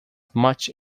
much